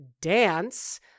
dance